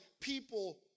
people